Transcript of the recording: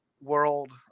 world